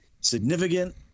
significant